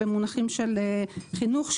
במונחים של חינוך,